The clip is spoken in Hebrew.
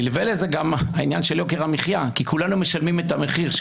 נלווה לזה גם עניין יוקר המחיה כי כולנו משלמים את המחיר.